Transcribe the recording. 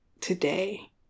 today